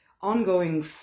ongoing